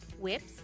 whips